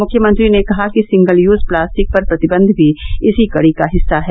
मुख्यमंत्री ने कहा कि सिंगल यूज प्लास्टिक पर प्रतिबंध भी इसी कड़ी का हिस्सा है